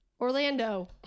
Orlando